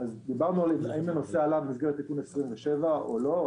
דיברנו האם הנושא עלה במסגרת תיקון 27 או לא.